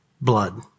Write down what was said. blood